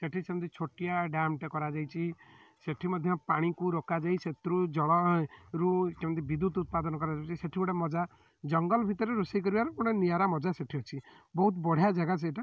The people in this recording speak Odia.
ସେଠି ସେମିତି ଛୋଟିଆ ଡ୍ୟାମ୍ଟେ କରାଯାଇଛି ସେଠି ମଧ୍ୟ ପାଣିକୁ ରୋକାଯାଇ ସେଥିରୁ ଜଳ ରୁ କେମିତି ବିଦ୍ୟୁତ୍ ଉତ୍ପାଦନ କରାଯାଉଛି ସେଠି ଗୋଟେ ମଜ୍ଜା ଜଙ୍ଗଲ ଭିତରେ ରୋଷେଇ କରିବାର ଗୋଟେ ନିଆରା ମଜ୍ଜା ସେଠି ଅଛି ବହୁତ ବଢ଼ିଆ ଜାଗା ସେଇଟା